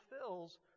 fulfills